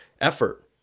effort